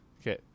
Okay